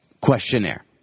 questionnaire